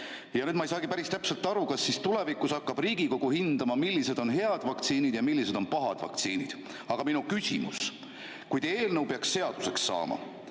Ja nüüd ma ei saagi päris täpselt aru, kas siis tulevikus hakkab Riigikogu hindama, millised on head vaktsiinid ja millised on pahad vaktsiinid. Aga minu küsimus. Kui teie eelnõu peaks seaduseks saama,